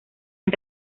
han